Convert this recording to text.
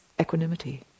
equanimity